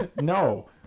no